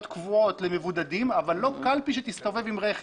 קבועות למבודדים אבל לא קלפי שתסתובב עם הרכב.